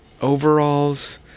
overalls